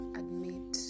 admit